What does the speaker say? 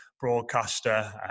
broadcaster